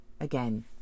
again